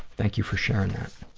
thank you for sharing that.